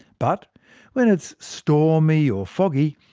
but when it's stormy or foggy,